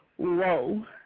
Whoa